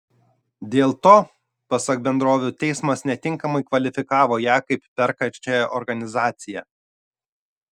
dėl to pasak bendrovių teismas netinkamai kvalifikavo ją kaip perkančiąją organizaciją